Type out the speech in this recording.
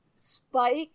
Spike